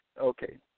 Okay